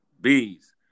Bees